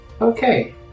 Okay